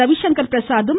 Ravishankar பிரசாத்தும்